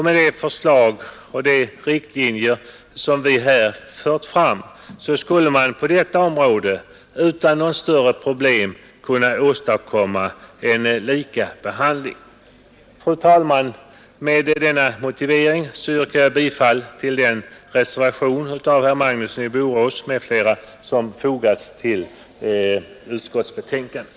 Med det förslag och de riktlinjer som vi här fört fram skulle man på detta område utan några större problem kunna åstadkomma en lika behandling. Fru talman! Med denna motivering yrkar jag bifall till den reservation av herr Magnusson i Borås m.fl., som fogats till utskottets betänkande.